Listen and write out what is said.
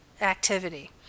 activity